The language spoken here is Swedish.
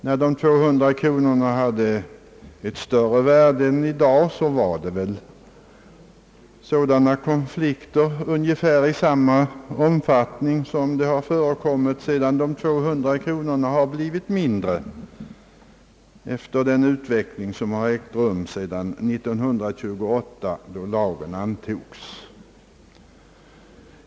När 200 kronor hade ett större värde än i dag förekom sådana konflikter i ungefär samma omfattning som de har förekommit sedan pengarna blivit mindre värda genom den utveckling som ägt rum sedan 1928, då lagen antogs.